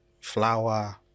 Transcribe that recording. flour